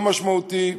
לא משמעותי,